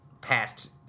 past